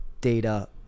data